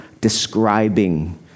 describing